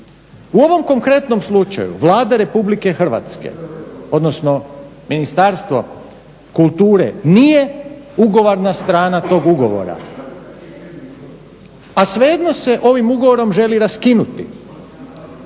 U ovom konkretnom slučaju Vlada RH, odnosno Ministarstvo kulture nije ugovorna strana tog ugovora, a svejedno se ovim zakonom želi raskinuti